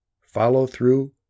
follow-through